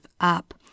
up